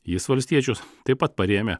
jis valstiečius taip pat parėmė